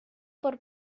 por